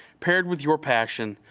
paired with your passion,